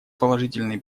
положительные